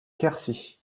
quercy